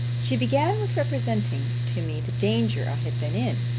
she began with representing to me the danger i had been in,